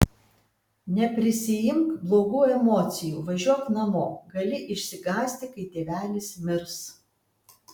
neprisiimk blogų emocijų važiuok namo gali išsigąsti kai tėvelis mirs